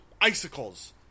icicles